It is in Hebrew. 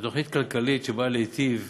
זו תוכנית כלכלית שבאה להיטיב